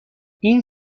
این